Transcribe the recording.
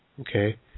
Okay